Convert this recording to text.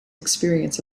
experience